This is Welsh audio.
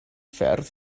ffyrdd